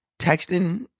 texting